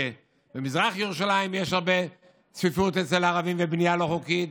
שבמזרח ירושלים יש הרבה צפיפות אצל הערבים ובנייה לא חוקית,